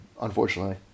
unfortunately